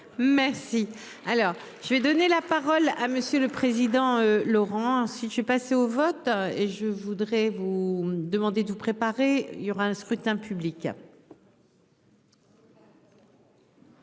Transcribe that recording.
Merci. Alors je vais donner la parole à monsieur le. Président, Laurent, si je suis passé au vote et je voudrais vous demander de vous préparer. Il y aura un scrutin public.